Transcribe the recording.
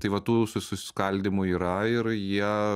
tai va tų susiskaldymų yra ir jie